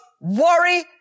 worry